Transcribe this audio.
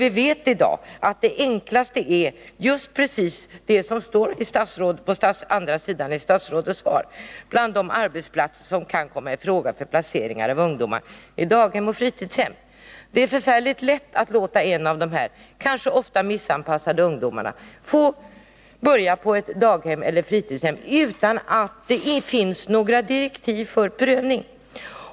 Vi vet i dag att det enklaste är att utgå från precis det som står i statsrådets svar: ”Bland de arbetsplatser som kan kommaii fråga för placering av ungdomar är daghem och fritidshem.” Det är mycket lätt att låta en av de här kanske ofta missanpassade ungdomarna få börja på ett daghem eller ett fritidshem, utan att det finns några direktiv för prövning.